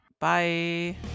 Bye